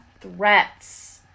threats